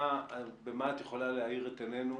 אז במה את יכולה להאיר את עינינו